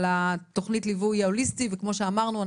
על תוכנית הליווי ההוליסטי וכמו שאמרנו,